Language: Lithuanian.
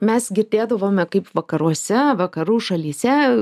mes girdėdavome kaip vakaruose vakarų šalyse